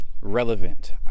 relevant